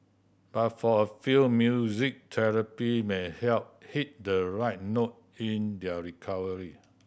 but for a few music therapy may help hit the right note in their recovery